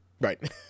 Right